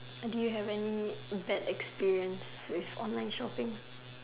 do you have any bad experience with online shopping